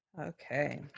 Okay